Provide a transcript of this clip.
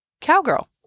cowgirl